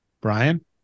Brian